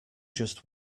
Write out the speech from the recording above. just